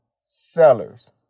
sellers